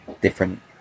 different